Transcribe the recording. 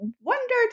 wondered